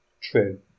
true